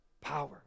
power